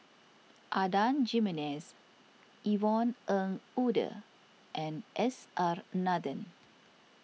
Adan Jimenez Yvonne Ng Uhde and S R Nathan